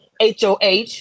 HOH